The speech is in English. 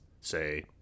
say